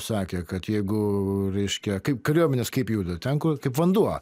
sakė kad jeigu reiškia kaip kariuomenės kaip juda ten kur kaip vanduo